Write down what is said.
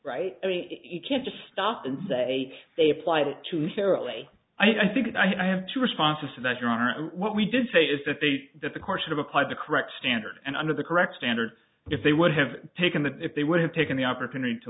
right i mean you can't just stop and say they apply to fairly i think i have two responses to that your honor what we did say is that they that the course of applied the correct standard and under the correct standard if they would have taken that if they would have taken the opportunity to